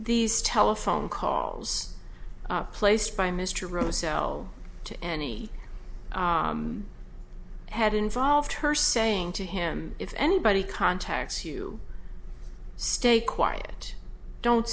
these telephone calls placed by mr roselle to any had involved her saying to him if anybody contacts you stay quiet don't